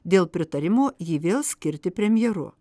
dėl pritarimo jį vėl skirti premjeru